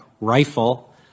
rifle